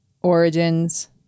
Origins